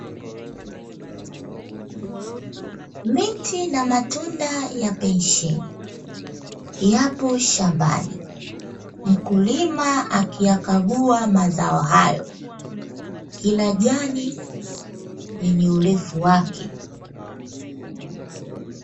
Miti na matunda ya pensheni, yapo shambani, mkulima akiyakagua mazao hayo, kila jani lenye urefu wake.